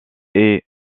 est